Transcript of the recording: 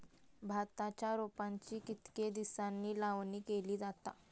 भाताच्या रोपांची कितके दिसांनी लावणी केली जाता?